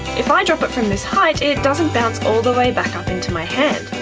if i drop it from this height it doesn't bounce all the way back up into my hand.